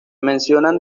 mencionan